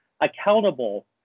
accountable